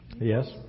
Yes